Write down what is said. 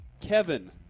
Kevin